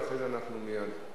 ואחרי זה אנחנו מייד,